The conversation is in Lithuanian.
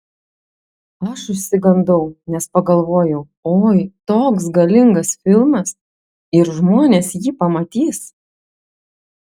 aš išsigandau nes pagalvojau oi toks galingas filmas ir žmonės jį pamatys